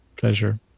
Pleasure